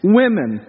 women